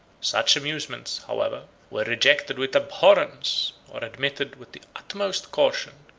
such amusements, however, were rejected with abhorrence, or admitted with the utmost caution,